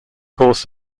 cause